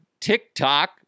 TikTok